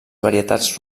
varietats